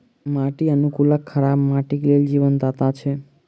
माटि अनुकूलक खराब माटिक लेल जीवनदाता छै